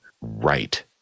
Right